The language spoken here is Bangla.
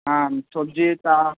হ্যাঁ সবজি তা